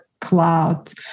clouds